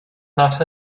not